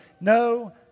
no